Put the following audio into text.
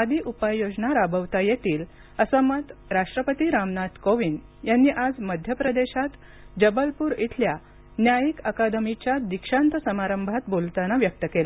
आदी उपाययोजना राबवता येतील असं मत राष्ट्रपती रामनाथ कोविंद यांनी आज मध्य प्रदेशात जबलपूर इथल्या न्यायिक अकादमीच्या दीक्षांत समारंभात बोलताना व्यक्त केलं